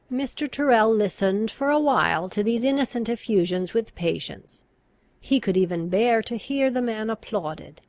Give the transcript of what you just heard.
mr. tyrrel listened for a while to these innocent effusions with patience he could even bear to hear the man applauded,